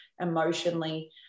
emotionally